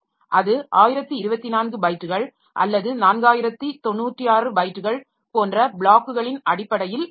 அது 1024 பைட்டுகள் அல்லது 4096 பைட்டுகள் போன்ற ப்ளாக்குகளின் அடிப்படையில் உள்ளது